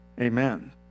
Amen